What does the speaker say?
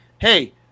Hey